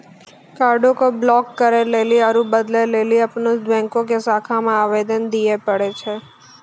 कार्डो के ब्लाक करे लेली आरु बदलै लेली अपनो बैंको के शाखा मे आवेदन दिये पड़ै छै